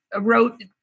wrote